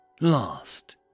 last